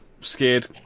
Scared